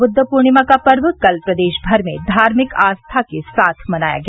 ब्द्द पूर्णिमा का पर्व कल प्रदेश भर में धार्मिक आस्था के साथ मनाया गया